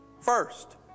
First